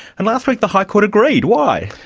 and last week the high court agreed. why?